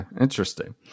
Interesting